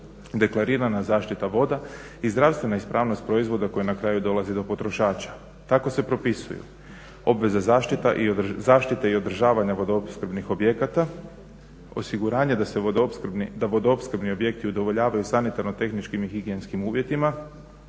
deklarirana zaštita voda i zdravstvena ispravnost proizvoda koji na kraju dolazi do potrošača. Tako se propisuju obveze zaštite i održavanja vodoopskrbnih objekata, osiguranje da vodoopskrbni objekti udovoljavaju sanitarno-tehničkim i higijenskih uvjetima,